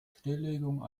stilllegung